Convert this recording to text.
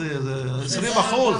20 אחוזים.